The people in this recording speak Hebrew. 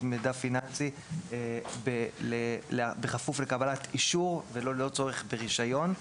מידע פיננסי בכפוף לקבלת אישור וללא צורך ברישיון.